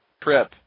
trip